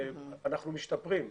אנחנו משתפרים.